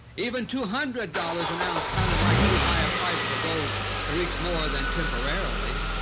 even two hundred dollars an ounce sounded like too high a price for gold to reach more than temporarily,